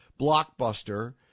blockbuster